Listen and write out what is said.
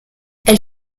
elle